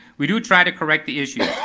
we do try to correct the issue.